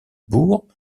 bourg